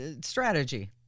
strategy